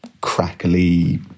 crackly